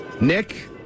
Nick